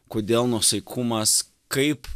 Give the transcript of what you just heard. kodėl nuosaikumas kaip